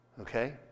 okay